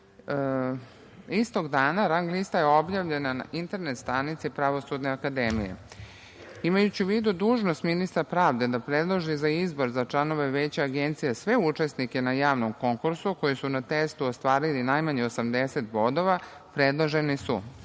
Istog dana rang lista je objavljena na internet stranici Pravosudne akademije. Imajući u vidu dužnost ministra pravde da predloži za izbor za članove Veća Agencije sve učesnike na javnom konkursu koji su na testu ostvarili najmanje 80 bodova predloženi su: